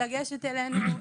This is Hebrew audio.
לגשת אלינו,